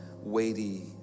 weighty